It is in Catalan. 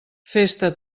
festa